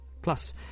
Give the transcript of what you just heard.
Plus